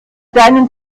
deinen